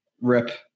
Rip